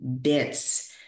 bits